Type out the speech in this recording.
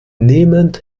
nehmend